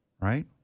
Right